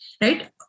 right